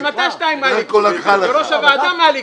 גם אתה, בראש הוועדה, מהליכוד.